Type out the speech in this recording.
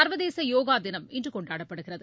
சர்வதேச யோகா தினம் இன்று கொண்டாடப்படுகிறது